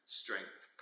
strength